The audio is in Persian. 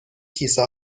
کیسه